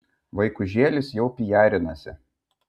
vaikužėlis jau pijarinasi